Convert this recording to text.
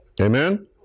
amen